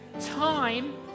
time